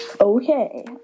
okay